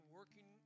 working